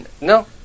No